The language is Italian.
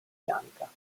bianca